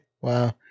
Wow